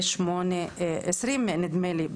נדמה לי,